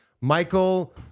Michael